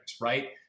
right